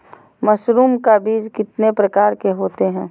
Mushroom का बीज कितने प्रकार के होते है?